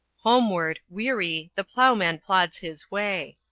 homeward, weary, the ploughman plods his way.